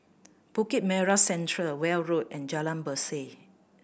Bukit Merah Central Weld Road and Jalan Berseh